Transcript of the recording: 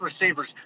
receivers